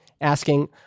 asking